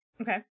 okay